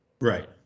Right